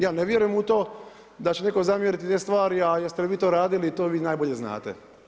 Ja ne vjerujem u to da će netko zamjeriti te stvari ali jeste li vi to radili, to vi nabolje znate.